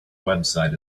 website